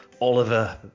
Oliver